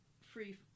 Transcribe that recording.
free